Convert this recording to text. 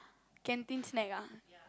canteen snack ah